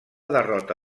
derrota